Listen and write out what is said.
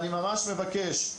אני ממש מבקש,